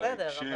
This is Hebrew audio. בסדר,